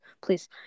Please